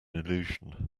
illusion